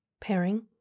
Pairing